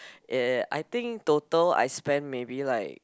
ya ya I think total I spend maybe like